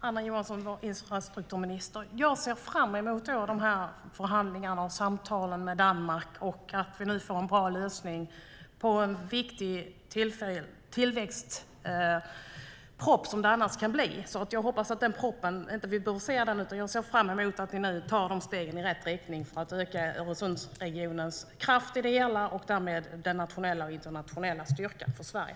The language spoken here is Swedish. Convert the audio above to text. Herr talman! Jag ser fram emot förhandlingarna och samtalen med Danmark, infrastrukturminister Anna Johansson, och att vi nu får en bra lösning på något som annars kan bli en tillväxtpropp. Jag hoppas att vi inte behöver se den proppen, utan jag ser fram emot att ni nu tar steg i rätt riktning för att öka Öresundsregionens kraft och därmed den nationella och internationella styrkan för Sverige.